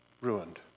ruined